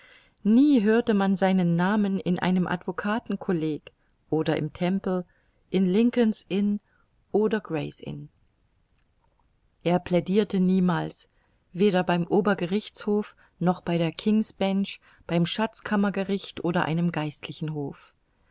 nie hörte man seinen namen in einem advocaten colleg oder im temple in lincolns inn oder grays inn er plaidirte niemals weder beim obergerichtshof noch bei der kingsbench beim schatzkammergericht oder einem geistlichen hof